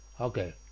Okay